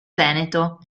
veneto